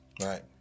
Right